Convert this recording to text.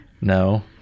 No